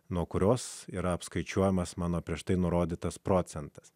nuo kurios yra apskaičiuojamas mano prieš tai nurodytas procentas